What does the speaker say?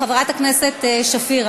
חברת הכנסת שפיר,